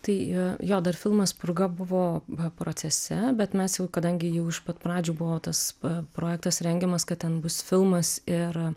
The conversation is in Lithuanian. tai jo dar filmas purga buvo procese bet mes jau kadangi jau iš pat pradžių buvo tas projektas rengiamas kad ten bus filmas ir